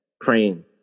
praying